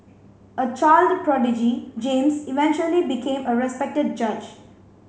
a child prodigy James eventually became a respected judge